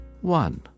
One